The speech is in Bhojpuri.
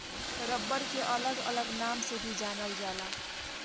रबर के अलग अलग नाम से भी जानल जाला